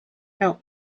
help